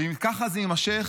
ואם ככה זה יימשך,